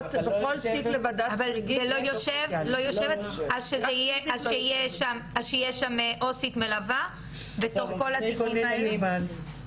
אבל -- אז שיהיה שם עו"סית מלווה בתוך כל התיקים האלה.